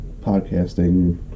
podcasting